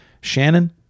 Shannon